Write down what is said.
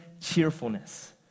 cheerfulness